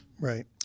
Right